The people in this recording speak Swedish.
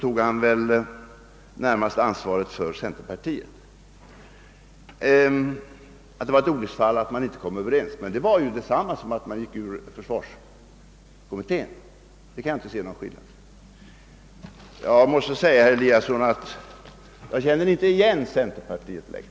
Jag kan inte se någon skillnad där. Eftersom herr Hedlund är ledare för både mittenpartierna och centerpartiet tog han väl då närmast ansvar för centern. Jag måste säga, herr Eliasson, att jag inte känner igen centerpartiet längre.